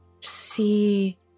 see